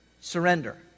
Surrender